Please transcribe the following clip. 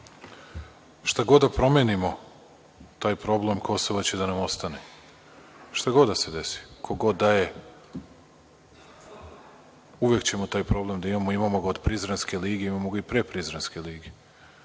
god da promenimo taj problem Kosova će da nam ostane, šta god da se desi, ko god da je, uvek ćemo taj problem da imamo. Imamo ga od Prizrenske lige, imamo ga i pre Prizrenske lige.